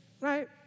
right